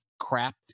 crap